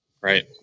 Right